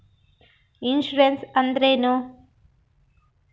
Insurance ಅಂದ್ರೇನು?